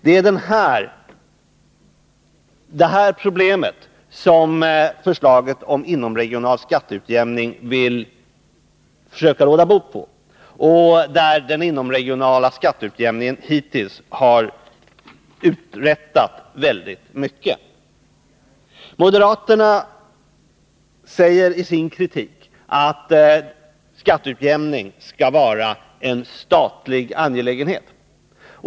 Det är detta problem som förslaget om inomregional skatteutjämning vill försöka råda bot på. Denna skatteutjämning har hittills uträttat väldigt mycket. Moderaterna säger i sin kritik att skatteutjämning skall vara en statlig angelägenhet.